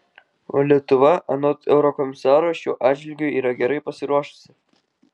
o lietuva anot eurokomisaro šiuo atžvilgiu yra gerai pasiruošusi